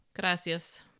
Gracias